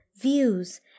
views